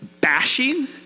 bashing